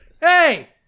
Hey